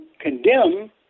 condemn